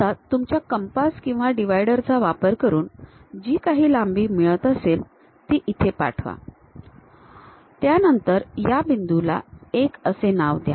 आता तुमच्या कंपास किंवा डिव्हाईडर चा वापर करून जी काही लांबी मिळत असेल ती इथे पाठवा त्यानंतर या बिंदुला 1 असे नाव द्या